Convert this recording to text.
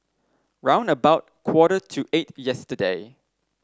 round about quarter to eight yesterday